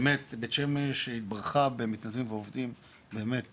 באמת בית שמש התברכה במתנדבים ועובדים באמת